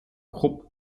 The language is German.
krupp